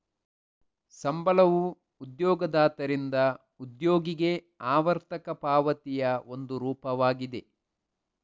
ಸಂಬಳವು ಉದ್ಯೋಗದಾತರಿಂದ ಉದ್ಯೋಗಿಗೆ ಆವರ್ತಕ ಪಾವತಿಯ ಒಂದು ರೂಪವಾಗಿದೆ